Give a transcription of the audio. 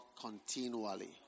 continually